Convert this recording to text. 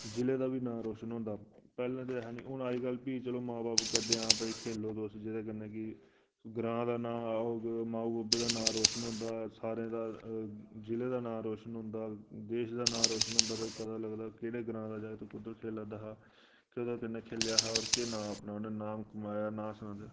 जि'ले दा बी नांऽ रोशन होंदा पैह्लें ते ऐहा निं हून अज्जकल फ्ही चलो मां बब्ब आखदे कि हां भई खेलो तुस जेह्दे कन्नै कि ग्रांऽ दा नांऽ होग माऊ बब्बै दा नांऽ रोशन होंदा ते सारें दा जि'ले दा नांऽ रोशन होंदा देश दा नांऽ रोशन होंदा भई पता चलदा कि केह्ड़े ग्रांऽ दा जागत कुद्धर खेलै दा हा कोह्दे कन्नै खेलेआ हा होर केह् नांऽ अपना उन्नै नांऽ कमाया नांऽ सनांदे